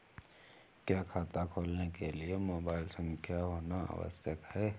क्या खाता खोलने के लिए मोबाइल संख्या होना आवश्यक है?